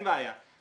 אין בעיה.